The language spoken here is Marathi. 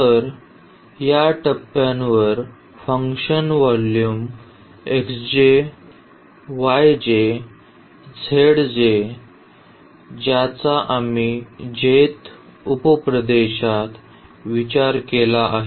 तर या टप्प्यावर फंक्शन व्हॅल्यू ज्याचा आम्ही jth उप प्रदेशात विचार केला आहे